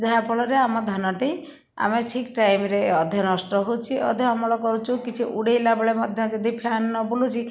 ଯାହା ଫଳରେ ଆମ ଧାନଟି ଆମେ ଠିକ୍ ଟାଇମରେ ଅଧେ ନଷ୍ଟ ହେଉଛି ଅଧେ ଅମଳ କରୁଛୁ କିଛି ଉଡ଼େଇଲା ବେଳେ ମଧ୍ୟ ଯଦି ଫ୍ୟାନ୍ ନ ବୁଲୁଛି